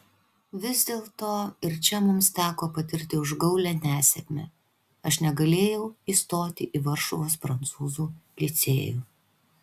vis dėlto ir čia mums teko patirti užgaulią nesėkmę aš negalėjau įstoti į varšuvos prancūzų licėjų